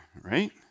right